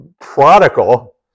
prodigal